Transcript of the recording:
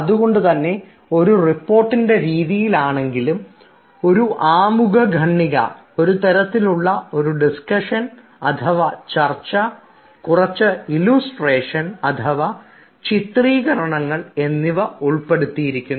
അതുകൊണ്ടുതന്നെ ഒരു റിപ്പോർട്ട് രീതിയിലാണെങ്കിലും ഒരു ആമുഖ ഖണ്ണിക ഒരു തരത്തിലുള്ള ഒരു ഡിസ്കഷൻ അഥവാ ചർച്ച കുറച്ച് ഇല്ലുസ്ട്രേഷൻ അഥവാ ചിത്രീകരണങ്ങൾ എന്നിവ ഉൾപ്പെടുത്തിയിരിക്കുന്നു